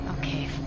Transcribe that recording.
Okay